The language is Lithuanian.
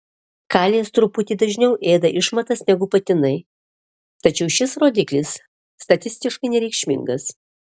kalės truputį dažniau ėda išmatas negu patinai tačiau šis rodiklis statistiškai nereikšmingas